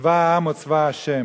"צבא העם או צבא השם",